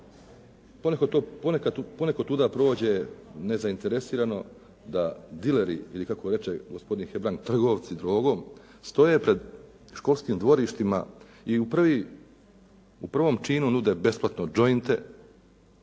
poneko tuda prođe nezainteresirano da dileri, ili kako reče gospodin Hebrang trgovci drogom stoje pred školskim dvorištima i u prvom činu nude besplatno džointe,